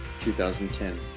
2010